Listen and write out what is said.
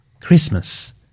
Christmas